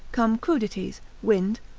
come crudities, wind,